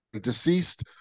Deceased